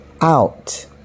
out